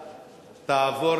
נתקבלה.